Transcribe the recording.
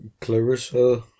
Clarissa